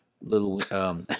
Little